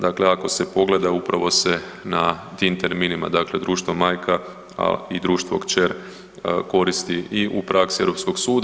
Dakle, ako se pogleda upravo se na tim terminima, dakle društvo majka i društvo kćer koristi i u praksi Europskog suda.